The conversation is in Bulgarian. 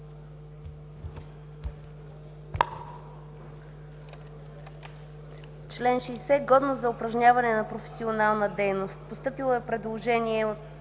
Член 60 – „Годност за упражняване на професионалната дейност”. Постъпило е предложение от